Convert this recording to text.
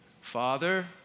Father